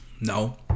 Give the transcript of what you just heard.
No